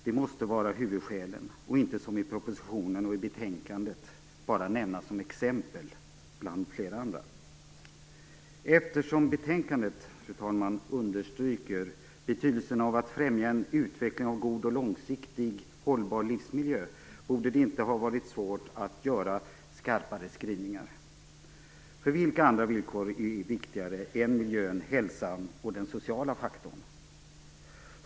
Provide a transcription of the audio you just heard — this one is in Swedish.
De måste vara huvudskälen och inte som i propositionen och i betänkandet bara nämnas som exempel bland flera andra. Eftersom betänkandet, fru talman, understryker betydelsen av att främja en utveckling av god och långsiktigt hållbar livsmiljö borde det inte ha varit svårt att göra skarpare skrivningar. För vilka andra villkor är viktigare än miljön, hälsan och den sociala faktorn?